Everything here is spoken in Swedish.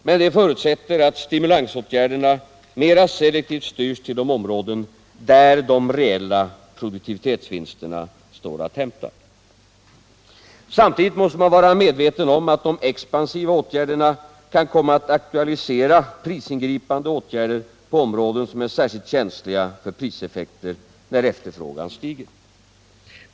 Men detta förutsätter att stimulansåtgärderna mer selektivt styrs till de områden där reella produktivitetsvinster står att hämta. Samtidigt måste man vara medveten om att de expansiva åtgärderna kan komma att aktualisera prisingripande åtgärder på områden som är särskilt känsliga för priseffekter när efterfrågan stiger.